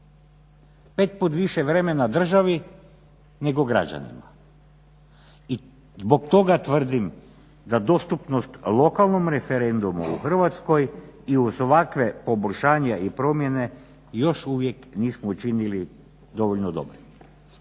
Pet put više vremena državi nego građanima. I zbog toga tvrdim da dostupnost lokalnom referendumu u Hrvatskoj i uz ovakva poboljšanja i promjene još uvijek nismo učinili dovoljno dobrim.